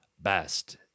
best